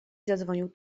zadzwonił